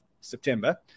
September